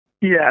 Yes